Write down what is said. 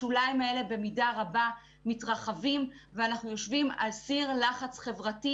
השוליים האלה במידה רבה מתרחבים ואנחנו יושבים על סיר לחץ חברתי,